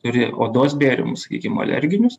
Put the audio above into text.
turi odos bėrimus sakykim alerginius